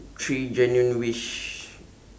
three genuine wish